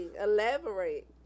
Elaborate